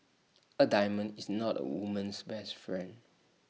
A diamond is not A woman's best friend